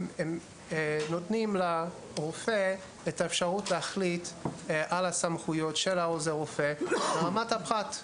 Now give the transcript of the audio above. נותנות לרופא את האפשרות להחליט על הסמכויות של העוזר רופא ברמת הפרט.